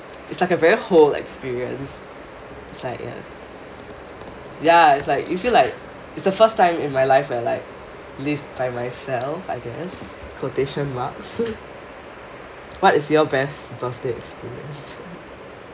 it's like a very whole experience it's like ya it's like you feel like is the first time in my life we are like lived by myself I guess quotation marks what is your best birthday experience